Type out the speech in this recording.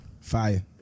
Fire